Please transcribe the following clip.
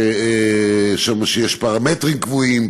שיש פרמטרים קבועים,